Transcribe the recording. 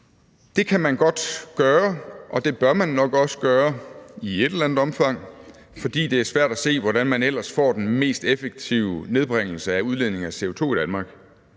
Det kan man godt gøre, og det bør man nok også gøre i et eller andet omfang, fordi det er svært at se, hvordan man ellers får den mest effektive nedbringelse af udledningen af CO2 i Danmark,